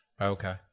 Okay